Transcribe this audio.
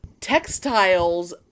textiles